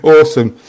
Awesome